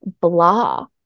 blah